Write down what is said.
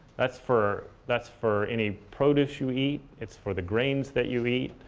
that's for that's for any produce you eat. it's for the grains that you eat.